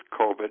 COVID